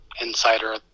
insider